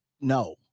no